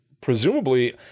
presumably